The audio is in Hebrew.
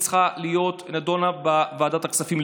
צריכה להיות נדונה בוועדת הכספים,